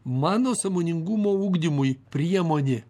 mano sąmoningumo ugdymui priemonė